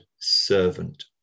servant